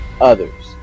others